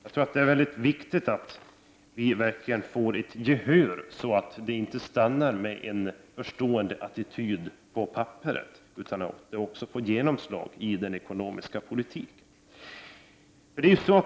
Jag tror att det är viktigt att vi verkligen får gehör för detta, så att det inte stannar vid en förstående attityd på papperet utan att det också får genomslag i den ekonomiska politiken.